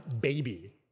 baby